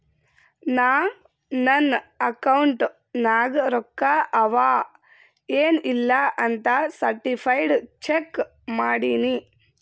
ನಾ ನನ್ ಅಕೌಂಟ್ ನಾಗ್ ರೊಕ್ಕಾ ಅವಾ ಎನ್ ಇಲ್ಲ ಅಂತ ಸರ್ಟಿಫೈಡ್ ಚೆಕ್ ಮಾಡಿನಿ